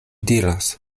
diras